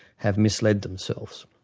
have misled themselves.